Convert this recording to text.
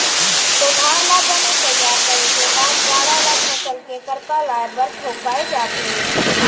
कोठार ल बने तइयार करे के बाद गाड़ा ल फसल के करपा लाए बर ठउकाए जाथे